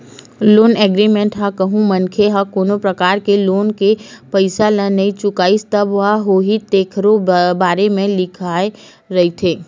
loan agreement म कहूँ मनखे ह कोनो परकार ले लोन के पइसा ल नइ चुकाइस तब का होही तेखरो बारे म लिखाए रहिथे